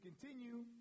continue